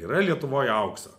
yra lietuvoj aukso